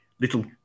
little